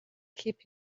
keep